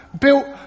built